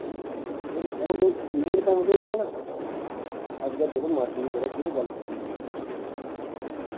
ठीक ऐ न ओह् ते मेन कम्म ते इयां ना अजकल चलो मड़द बी करा दे ओह् गल्ल बक्खरी ऐ